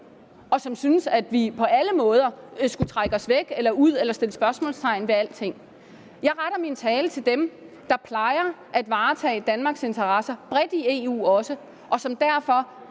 og som synes, at vi på alle måder skal trække os væk eller ud eller sætte spørgsmålstegn ved alting. Jeg retter min tale til dem, der plejer at varetage Danmarks interesser bredt også i EU, og som derfor